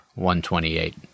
128